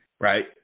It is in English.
Right